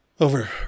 over